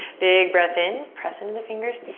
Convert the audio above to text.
big breath in. press into the fingers.